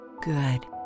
Good